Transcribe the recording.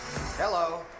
Hello